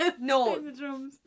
No